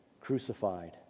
crucified